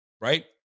right